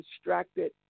distracted